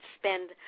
spend